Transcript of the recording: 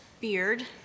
beard